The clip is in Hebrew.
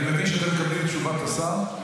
אני מבין שאתם מקבלים את תשובת השר,